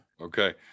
okay